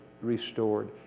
restored